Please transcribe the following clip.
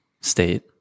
state